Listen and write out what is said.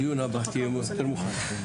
לדיון הבא תהיה יותר מוכנה.